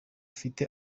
afite